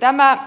tämä